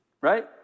Right